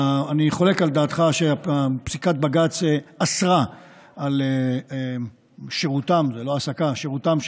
אני חולק על דעתך שפסיקת בג"ץ אסרה שירות של חיילים.